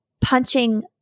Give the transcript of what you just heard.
punching